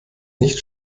nicht